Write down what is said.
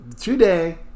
today